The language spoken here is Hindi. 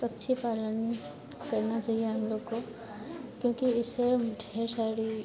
पक्षी पालन करना चहिए हम लोग को क्योंकि इससे ढेर सारी